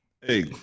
Hey